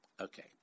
Okay